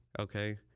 Okay